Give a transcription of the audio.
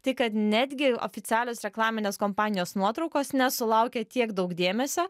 tai kad netgi oficialios reklaminės kompanijos nuotraukos nesulaukė tiek daug dėmesio